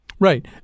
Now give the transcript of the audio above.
Right